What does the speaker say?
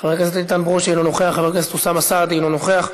חבר הכנסת יהודה גליק, אינו נוכח,